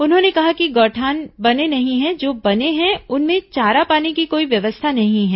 उन्होंने कहा कि गौठान बने नहीं है जो बने हैं उनमें चारा पानी की कोई व्यवस्था नहीं है